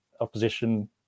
opposition